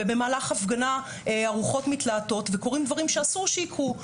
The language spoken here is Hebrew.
ובמהלך ההפגנה הרוחות מתלהטות וקורים דברים שאסור שיקרו.